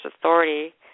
Authority